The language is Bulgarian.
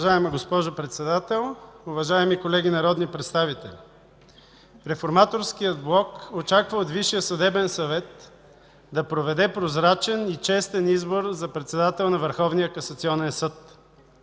Уважаема госпожо Председател, уважаеми колеги народни представители! Реформаторският блок очаква от Висшия съдебен съвет да проведе прозрачен и честен избор за председател на